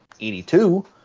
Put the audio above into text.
82